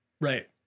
right